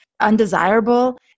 undesirable